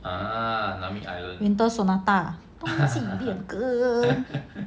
winter sonata 冬季恋歌